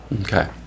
Okay